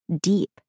deep